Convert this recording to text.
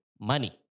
money